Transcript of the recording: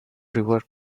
river